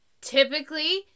Typically